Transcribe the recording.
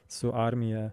su armija